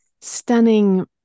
stunning